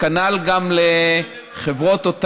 כנ"ל גם לחברות או תאגידים.